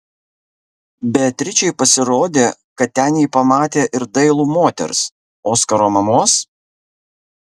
beatričei pasirodė kad ten ji pamatė ir dailų moters oskaro mamos